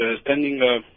standing